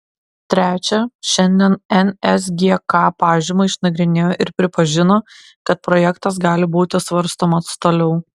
trečia šiandien nsgk pažymą išnagrinėjo ir pripažino kad projektas gali būti svarstomas toliau